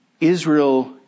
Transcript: Israel